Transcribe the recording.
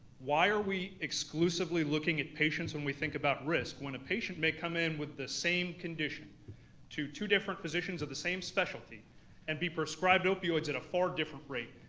why are we exclusively looking at patients when we think about risk when a patient may come in with the same condition to two different physicians of the same specialty and be prescribed opioids at a far different rate.